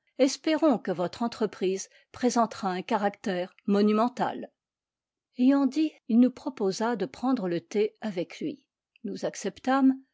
espérons que votre entreprise présentera un caractère monumental ayant dit il nous proposa de prendre le thé avec lui nous acceptâmes